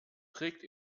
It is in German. trägt